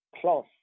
plus